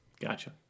Gotcha